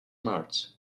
march